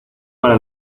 para